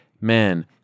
man